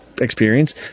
experience